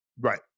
right